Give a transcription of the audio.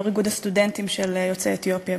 יו"ר ארגון הסטודנטים של יוצאי אתיופיה.